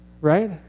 Right